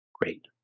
great